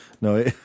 No